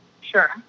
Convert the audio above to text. Sure